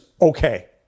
Okay